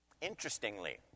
Interestingly